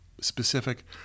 specific